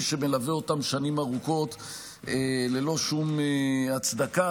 שמלווה אותם שנים ארוכות ללא שום הצדקה.